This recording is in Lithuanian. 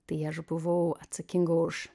tai aš buvau atsakinga už